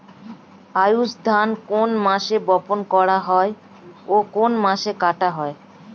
আউস ধান কোন মাসে বপন করা হয় ও কোন মাসে কাটা হয়?